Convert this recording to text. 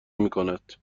میکند